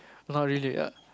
not really ah